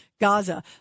Gaza